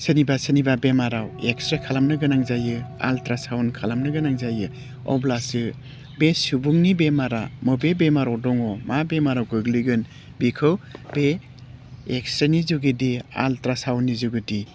सोरनिबा सोरनिबा बेमाराव इक्सस्रे खालामनो गोनां जायो आलट्रा साउन्द खालामनो गोनां जायो अब्लासो बे सुबुंनि बेमारा बबे बेमाराव दङ मा बेमाराव गोग्लैगोन बेखौ बे एक्सस्रेनि जुगिदि आलट्रा साउन्दनि जुगेदि